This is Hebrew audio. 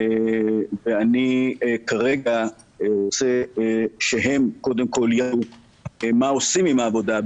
ואני כרגע רוצה שהם קודם כל יראו מה עושים עם העבודה.